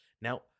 Now